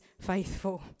faithful